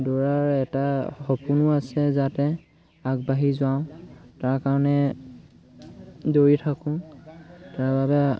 দৌৰাৰ এটা সপোনো আছে যাতে আগবাঢ়ি যাওঁ তাৰ কাৰণে দৌৰি থাকোঁ তাৰবাবে